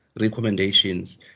recommendations